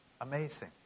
Amazing